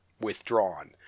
withdrawn